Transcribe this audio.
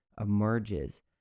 emerges